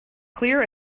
clear